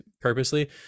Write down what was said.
purposely